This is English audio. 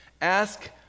ask